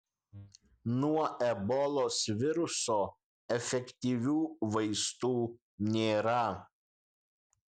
nuo ebolos viruso efektyvių vaistų nėra